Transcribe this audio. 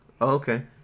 okay